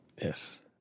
Yes